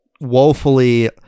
woefully